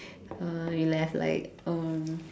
we left like um